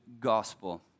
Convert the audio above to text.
gospel